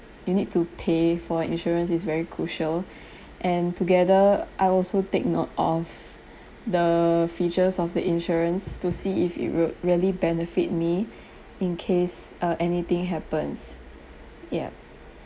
you need to pay for insurance is very crucial and together I'll also take note of the features of the insurance to see if it would really benefit me in case uh anything happens ya